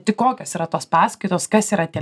tai kokios yra tos paskaitos kas yra tie